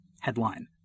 Headline